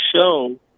show